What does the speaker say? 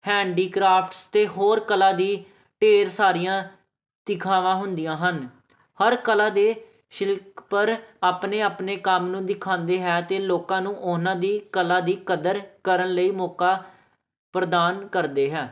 handicrafts ਅਤੇ ਹੋਰ ਕਲਾ ਦੀ ਢੇਰ ਸਾਰੀਆਂ ਦਿਖਾਵਾਂ ਹੁੰਦੀਆਂ ਹਨ ਹਰ ਕਲਾ ਦੇ ਸ਼ਿਲਪਕਾਰ ਆਪਣੇ ਆਪਣੇ ਕੰਮ ਨੂੰ ਵਿਖਾਉਂਦੇ ਹੈ ਅਤੇ ਲੋਕਾਂ ਨੂੰ ਉਹਨਾਂ ਦੀ ਕਲਾ ਦੀ ਕਦਰ ਕਰਨ ਲਈ ਮੌਕਾ ਪ੍ਰਦਾਨ ਕਰਦੇ ਹੈ